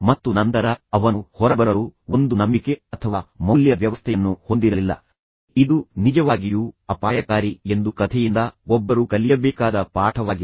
ಮತ್ತು ನಂತರ ಅವನು ಹೊರಬರಲು ಒಂದು ನಂಬಿಕೆ ಅಥವಾ ಮೌಲ್ಯ ವ್ಯವಸ್ಥೆಯನ್ನು ಹೊಂದಿರಲಿಲ್ಲ ಇದು ನಿಜವಾಗಿಯೂ ಅಪಾಯಕಾರಿ ಎಂದು ಕಥೆಯಿಂದ ಒಬ್ಬರು ಕಲಿಯಬೇಕಾದ ಪಾಠವಾಗಿದೆ